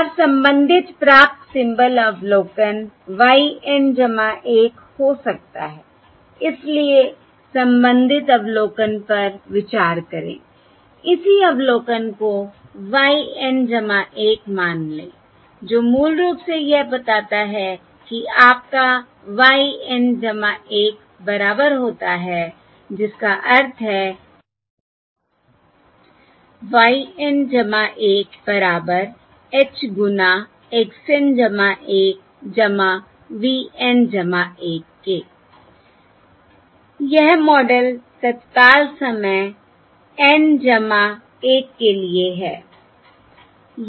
और संबंधित प्राप्त सिम्बल अवलोकन y N 1 हो सकता है इसलिए संबंधित अवलोकन पर विचार करें इसी अवलोकन को y N 1 मान ले जो मूल रूप से यह बताता है कि आपका y N 1 बराबर होता है जिसका अर्थ है y N 1 बराबर h गुना x N 1 v N 1 के यह मॉडल तत्काल समय N 1 के लिए है